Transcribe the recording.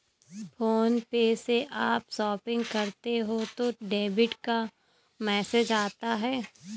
phone पे से आप शॉपिंग करते हो तो डेबिट का मैसेज आता है